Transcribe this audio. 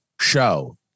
show